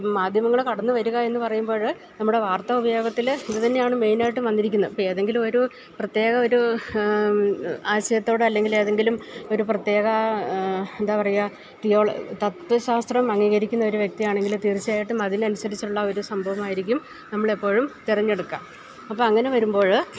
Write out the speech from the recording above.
മാദ്ധ്യമങ്ങള് കടന്നുവരികയെന്ന് പറയുമ്പോള് നമ്മുടെ വാർത്താ ഉപയോഗത്തില് ഇത് തന്നെയാണ് മേയിന് ആയിട്ടും വന്നിരിക്കുന്നത് ഇപ്പോള് ഏതെങ്കിലുമൊരു പ്രത്യേക ഒരു ആശയത്തോട് അല്ലെങ്കിലേതെങ്കിലും ഒരു പ്രത്യേക എന്താണ് പറയുക തത്വശാസ്ത്രം അംഗീകരിക്കുന്നൊരു വ്യക്തിയാണെങ്കില് തീർച്ചയായിട്ടും അതിനനുസരിച്ചുള്ള ഒരു സംഭവമായിരിക്കും നമ്മളെപ്പോഴും തെരഞ്ഞെടുക്കുക അപ്പോള് അങ്ങനെ വരുമ്പോള്